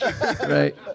Right